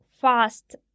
fast